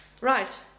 Right